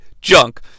junk